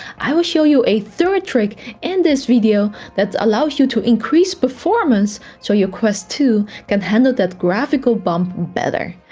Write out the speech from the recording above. i will show you a third trick in and this video that allows you to increase performance so your quest two can handle that graphical bump better.